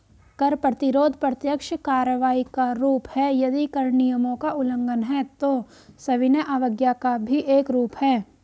कर प्रतिरोध प्रत्यक्ष कार्रवाई का रूप है, यदि कर नियमों का उल्लंघन है, तो सविनय अवज्ञा का भी एक रूप है